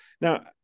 now